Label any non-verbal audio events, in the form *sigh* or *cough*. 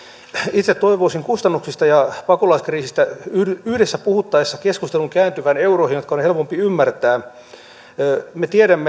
itse toivoisin kustannuksista ja pakolaiskriisistä yhdessä yhdessä puhuttaessa keskustelun kääntyvän euroihin jotka on helpompi ymmärtää me tiedämme *unintelligible*